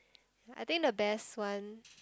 I think the best ones